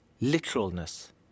literalness